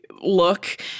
look